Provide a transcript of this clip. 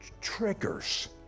triggers